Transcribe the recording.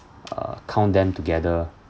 uh count them together